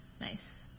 nice